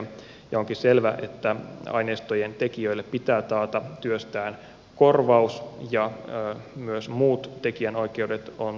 onkin selvä että aineistojen tekijöille pitää taata työstään korvaus ja myös muut tekijänoikeudet on turvattava